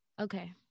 okay